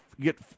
get